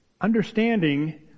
Understanding